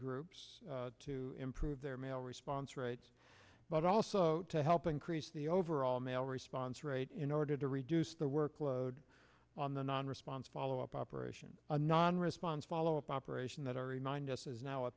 groups to improve their male response rates but also to help increase the overall male response rate in order to reduce the workload on the non response follow up operation non response follow up operation that i